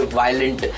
violent